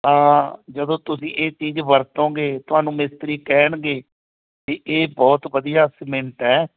ਤਾਂ ਜਦੋਂ ਤੁਸੀਂ ਇਹ ਚੀਜ਼ ਵਰਤੋਂਗੇ ਤੁਹਾਨੂੰ ਮਿਸਤਰੀ ਕਹਿਣਗੇ ਵੀ ਇਹ ਬਹੁਤ ਵਧੀਆ ਸਮਿੰਟ ਹੈ